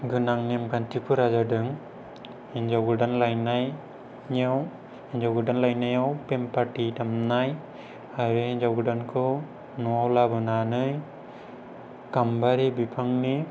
गोनां नेमखान्थिफोरा जादों हिनजाव गोदान लायनायाव हिनजाव गोदान लायनायाव बेम पार्टि दामनाय आरो हिनजाव गोदानखौ न'आव लाबोनानै गामबारि बिफांनि